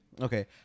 Okay